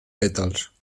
pètals